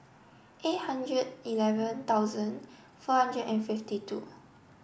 eight hundred eleven thousand four hundred and fifty two